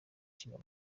ishinga